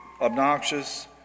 obnoxious